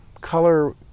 color